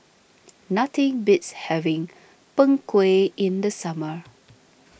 nothing beats having Png Kueh in the summer